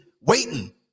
waiting